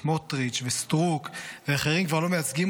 סמוטריץ' וסטרוק ואחרים כבר לא מייצגים